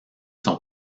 son